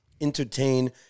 entertain